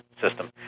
system